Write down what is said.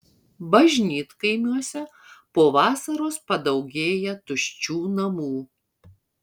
bažnytkaimiuose po vasaros padaugėja tuščių namų